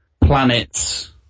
planets